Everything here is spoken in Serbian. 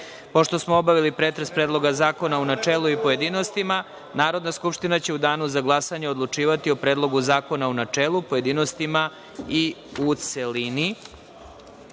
smo obavili pretres Predloga zakona u načelu i u pojedinostima, Narodna skupština će u danu za glasanje odlučivati o Predlogu zakona u načelu, pojedinostima i u